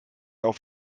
auf